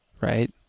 right